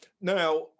Now